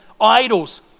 idols